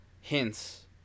hints